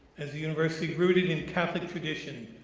as a university rooted in catholic tradition,